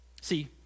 See